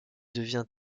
devient